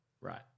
Right